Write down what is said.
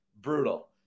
Brutal